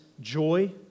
joy